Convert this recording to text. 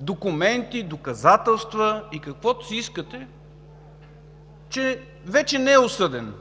документи, доказателства и каквото си искате, че вече не е осъден,